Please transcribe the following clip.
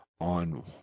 on